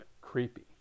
creepy